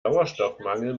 sauerstoffmangel